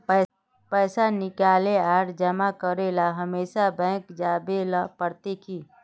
पैसा निकाले आर जमा करेला हमेशा बैंक आबेल पड़ते की?